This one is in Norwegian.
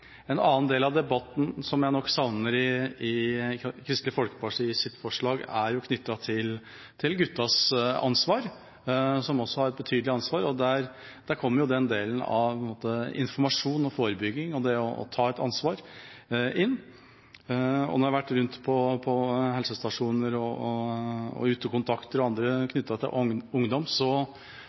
En annen del av debatten – som jeg nok savner i Kristelig Folkepartis forslag – er knyttet til guttene, som også har et betydelig ansvar. Her kommer informasjon, forebygging og det å ta ansvar inn. Når jeg har vært rundt på helsestasjoner og blant utekontakter og andre knyttet til ungdom,